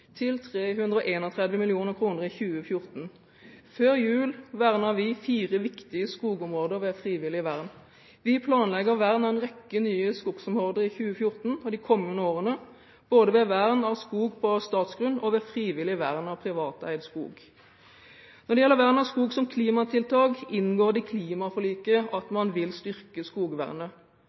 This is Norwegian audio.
2014. Før jul vernet vi fire viktige skogområder ved frivillig vern. Vi planlegger vern av en rekke nye skogområder i 2014 og de kommende årene, både ved vern av skog på statsgrunn og ved frivillig vern av privateid skog. Når det gjelder vern av skog som klimatiltak, inngår det i klimaforliket at man vil styrke skogvernet.